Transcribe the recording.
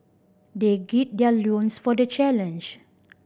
they gird their loins for the challenge